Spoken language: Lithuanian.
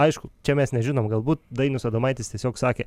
aišku čia mes nežinom galbūt dainius adomaitis tiesiog sakė